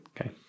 Okay